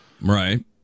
Right